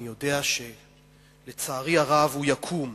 אני יודע שלצערי הרב הוא יקום.